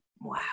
Wow